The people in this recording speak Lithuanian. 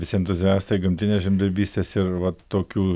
visi entuziastai gamtinės žemdirbystės ir vat tokių